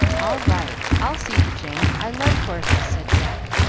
all right! i'll see to jane. i love horses, said jack,